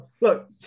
look